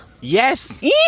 Yes